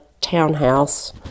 townhouse